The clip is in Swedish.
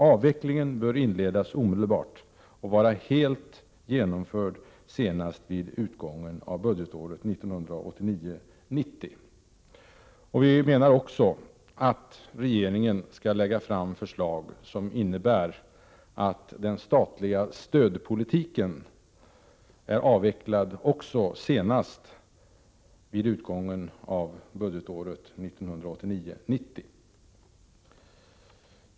Avvecklingen bör inledas omedelbart och vara helt genomförd senast vid utgången av budgetåret 1989 90.